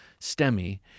STEMI